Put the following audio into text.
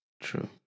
True